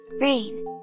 Rain